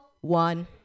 one